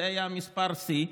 זה היה מספר שיא,